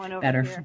better